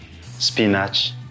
spinach